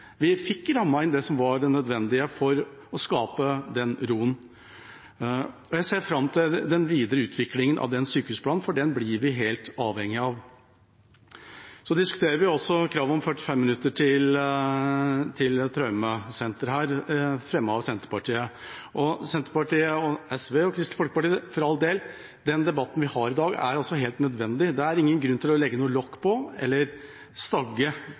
Vi fikk rammet inn det som var nødvendig for å skape den roen. Jeg ser fram til den videre utviklingen av sykehusplanen, for den blir vi helt avhengig av. Vi diskuterer også kravet om 45 minutter til traumesenter – et representantforslag som er fremmet av Senterpartiet. Til Senterpartiet, SV og Kristelig Folkeparti: For all del – den debatten vi har i dag, er helt nødvendig. Det er ingen grunn til å legge lokk på eller